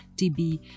TB